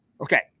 Okay